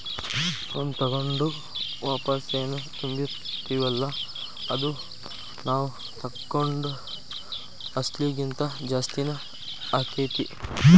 loan ತಗೊಂಡು ವಾಪಸೆನ್ ತುಂಬ್ತಿರ್ತಿವಲ್ಲಾ ಅದು ನಾವ್ ತಗೊಂಡ್ ಅಸ್ಲಿಗಿಂತಾ ಜಾಸ್ತಿನ ಆಕ್ಕೇತಿ